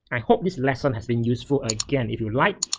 i hope this lesson has been useful. again, if you liked